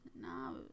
no